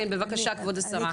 כן, בבקשה כבוד השרה.